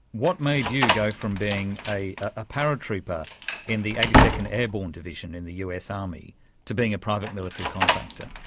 what made you go from being a ah paratrooper in the eighty second airborne division in the us army to being a private military contractor?